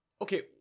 Okay